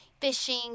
fishing